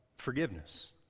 Forgiveness